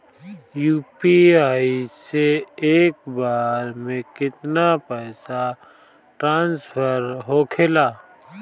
UPI से एक बार मे केतना पैसा ट्रस्फर होखे ला?